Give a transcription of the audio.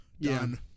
done